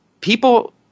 people –